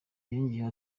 yongeyeho